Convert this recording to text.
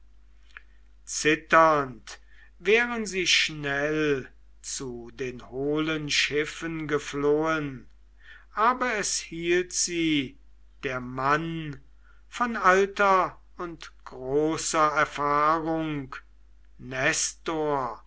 zitternd wären sie schnell zu den hohlen schiffen geflohen aber es hielt sie der mann von alter und großer erfahrung nestor